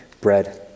bread